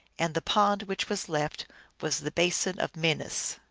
and the pond which was left was the basin of minas.